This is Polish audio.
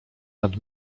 nad